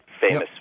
famous